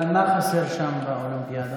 אבל מה חסר שם באולימפיאדה?